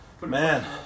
Man